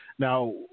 Now